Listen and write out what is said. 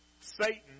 Satan